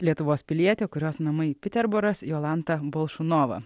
lietuvos pilietė kurios namai piterboras jolanta bolšunova